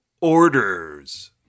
Orders